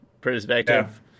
perspective